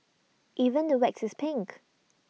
even the wax is pink